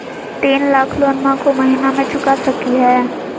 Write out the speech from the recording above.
तीन लाख लोनमा को महीना मे चुका सकी हय?